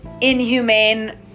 inhumane